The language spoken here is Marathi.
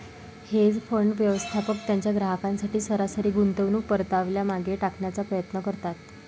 हेज फंड, व्यवस्थापक त्यांच्या ग्राहकांसाठी सरासरी गुंतवणूक परताव्याला मागे टाकण्याचा प्रयत्न करतात